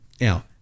Now